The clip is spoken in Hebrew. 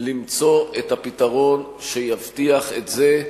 למצוא את הפתרון שיבטיח את זה,